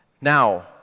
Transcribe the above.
Now